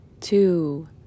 two